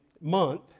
Month